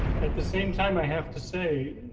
at the same time, i have to say,